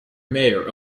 mayor